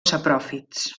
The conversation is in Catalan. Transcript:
sapròfits